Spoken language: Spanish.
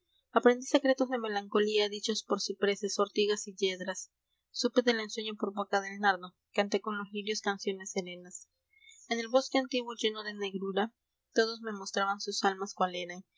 secretos de melancolía chos por cipreses ortigas y piedras supe de por boca del nardo con los lirios canciones serenas y n e bosque antiguo lleno de negrura os mostraban sus almas cual